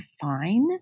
fine